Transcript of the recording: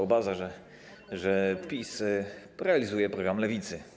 Obaza, że PiS realizuje program Lewicy.